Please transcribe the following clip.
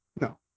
No